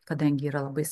kadangi yra labai